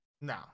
No